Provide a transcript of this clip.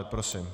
Prosím.